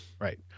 Right